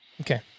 Okay